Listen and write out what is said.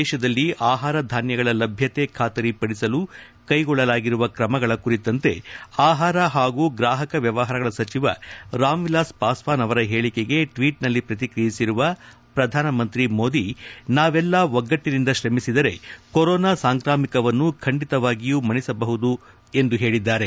ದೇಶದಲ್ಲಿ ಆಹಾರ ಧಾನ್ಯಗಳ ಲಭ್ಞತೆ ಖಾತರಿ ಪಡಿಸಲು ಕ್ಷೆಗೊಳ್ಳಲಾಗಿರುವ ಕ್ರಮಗಳ ಕುರಿತಂತೆ ಆಹಾರ ಹಾಗೂ ಗ್ರಾಹಕ ವ್ವವಹಾರಗಳ ಸಚಿವ ರಾಮವಿಲಾಸ್ ಪಾಸ್ವಾನ್ ಅವರ ಹೇಳಿಕೆಗೆ ಟ್ವೀಟ್ನಲ್ಲಿ ಪ್ರತಿಕ್ರಿಯಿಸಿರುವ ಪ್ರಧಾನಿ ಮೋದಿ ನಾವೆಲ್ಲ ಒಗ್ಗಟ್ಟನಿಂದ ಶ್ರಮಿಸಿದರೆ ಕೊರೋನಾ ಸಾಂಕ್ರಾಮಿಕವನ್ನು ಖಂಡಿತವಾಗಿಯೂ ಮಣಿಸಬಹುದು ಎಂದು ಹೇಳಿದ್ದಾರೆ